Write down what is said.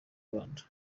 rwanda